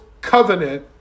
covenant